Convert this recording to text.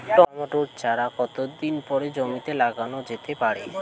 Tomato চারা কতো দিন পরে জমিতে লাগানো যেতে পারে?